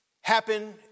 happen